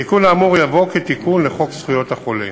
התיקון האמור יבוא כתיקון לחוק זכויות החולה.